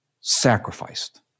sacrificed